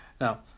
Now